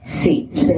feet